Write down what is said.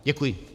Děkuji.